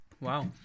Wow